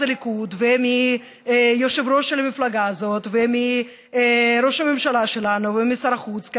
הליכוד והיושב-ראש של המפלגה הזאת וראש הממשלה שלנו ושר החוץ,